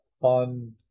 fun